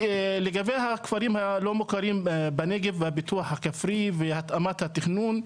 לגבי הכפרים הלא מוכרים בנגב והפיתוח הכפרי והתאמת התכנון,